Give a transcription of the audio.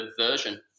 version